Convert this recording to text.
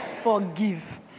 Forgive